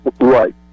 Right